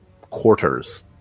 quarters